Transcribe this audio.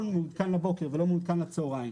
מעודכן לבוקר ולא מעודכן לצוהריים.